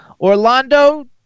Orlando